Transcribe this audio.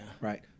right